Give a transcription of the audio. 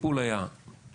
והטיפול היה ביעדים,